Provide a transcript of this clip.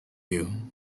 you